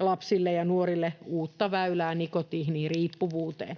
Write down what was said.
lapsille ja nuorille uutta väylää nikotiiniriippuvuuteen.